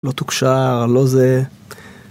לא תוקשר, לא זה...